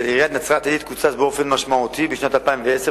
עיריית נצרת-עילית קוצץ באופן משמעותי בשנת 2010,